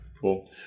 cool